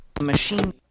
machine